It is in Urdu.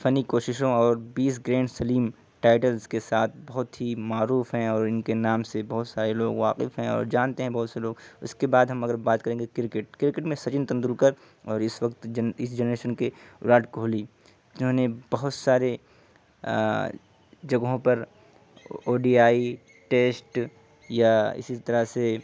فنّی کوششوں اور بیس گرینڈ سلیم ٹائٹلس کے ساتھ بہت ہی معروف ہیں اور ان کے نام سے بہت سارے لوگ واقف ہیں اور جانتے ہیں بہت سے لوگ اس کے بعد ہم اگر بات کریں گے کرکٹ کرکٹ میں سچن تندلکر اور اس وقت اس جنریشن کے وراٹ کوہلی جنہوں نے بہت سارے جگہوں پر او ڈی آئی ٹیسٹ یا اسی طرح سے